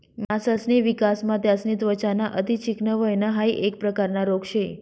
मासासनी विकासमा त्यासनी त्वचा ना अति चिकनं व्हयन हाइ एक प्रकारना रोग शे